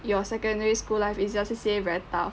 your secondary school life is your C_C_A very tough